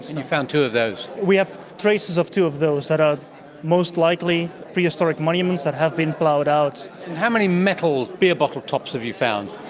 you've found two of those? we have traces of two of those that are most likely prehistoric monuments that have been ploughed out. and how many metal beer bottle tops have you found?